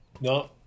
No